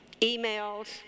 emails